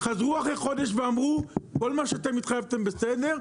חזרו אחרי חודש ואמרו כל מה שאתם התחייבתם בסדר,